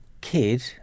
kid